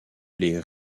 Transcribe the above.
les